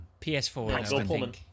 ps4